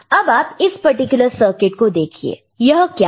अब आप इस पर्टिकुलर सर्किट को देखिए यह क्या है